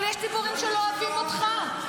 אבל יש ציבורים שלא אוהבים אותך.